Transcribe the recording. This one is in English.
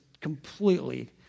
completely